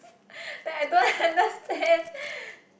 that I don't understand